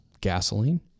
gasoline